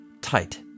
tight